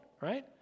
right